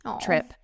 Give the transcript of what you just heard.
trip